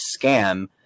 scam